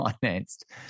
financed